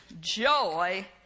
joy